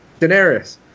Daenerys